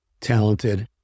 talented